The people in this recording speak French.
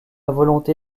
volonté